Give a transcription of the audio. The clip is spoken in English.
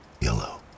yellow